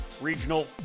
regional